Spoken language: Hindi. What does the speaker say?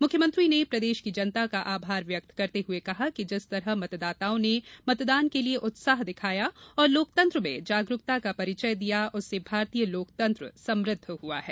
मुख्यमंत्री ने प्रदेश की जनता का आभार व्यक्त करते हुए कहा कि जिस तरह मतदाताओं ने मतदान के लिए उत्साह दिखाया और लोकतंत्र में जागरुकता का परिचय दिया उससे भारतीय लोकतंत्र समृद्ध हुआ है